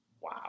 Wow